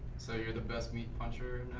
so you're the best meat puncher